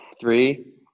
three